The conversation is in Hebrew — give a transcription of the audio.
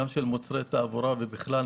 גם של מוצרי תעבורה ובכלל,